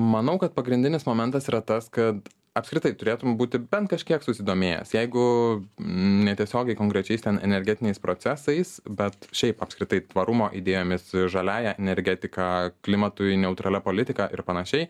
manau kad pagrindinis momentas yra tas kad apskritai turėtum būti bent kažkiek susidomėjęs jeigu ne tiesiogiai konkrečiais ten energetiniais procesais bet šiaip apskritai tvarumo idėjomis žaliąja energetika klimatui neutralia politika ir panašiai